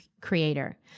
creator